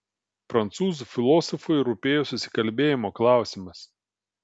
prancūzų filosofui rūpėjo susikalbėjimo klausimas